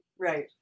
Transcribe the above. right